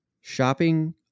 shopping